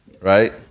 right